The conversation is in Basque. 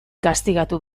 gaztigatu